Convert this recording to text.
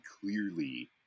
clearly